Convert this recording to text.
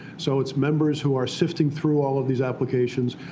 so it's members who are sifting through all of these applications,